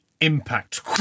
impact